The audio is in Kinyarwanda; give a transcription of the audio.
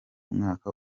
mwaka